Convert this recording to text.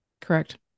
correct